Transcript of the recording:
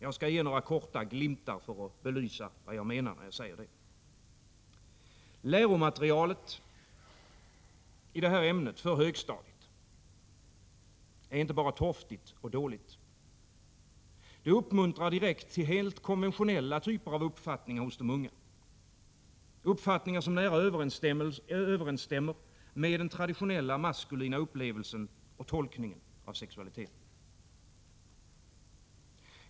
Jag skall ge några korta glimtar för att belysa vad jag menar när jag säger så. Läromaterialet i detta ämne för högstadiet är inte bara torftigt och dåligt. Det direkt uppmuntrar till helt konventionella uppfattningar hos de unga, uppfattningar som nära överensstämmer med den traditionella maskulina upplevelsen och tolkningen av sexualitet.